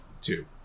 two